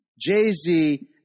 Jay-Z